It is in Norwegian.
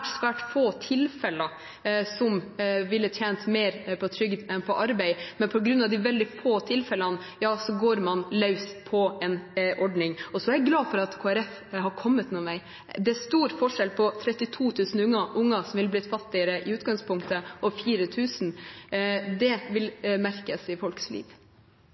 svært få tilfeller som ville tjent mer på trygd enn på arbeid. Men på grunn av de veldig få tilfellene går man løs på en ordning. Jeg er glad for at Kristelig Folkeparti har kommet noen vei. Det er stor forskjell på 32 000 unger som i utgangspunktet ville blitt fattigere, og 4 000. Det vil merkes i folks liv.